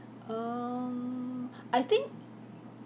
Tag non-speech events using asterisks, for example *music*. *breath* um *breath* I think